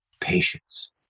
patience